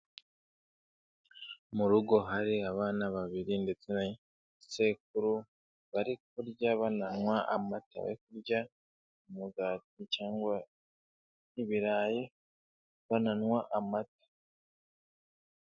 Mu rugo hari abana babiri ndetse na sekuru, bari kurya bananywa amata, bari kurya umugati cyangwa ibirayi bananywa amata.